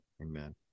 Amen